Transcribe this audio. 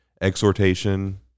exhortation